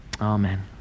Amen